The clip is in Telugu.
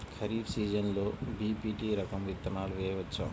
ఖరీఫ్ సీజన్లో బి.పీ.టీ రకం విత్తనాలు వేయవచ్చా?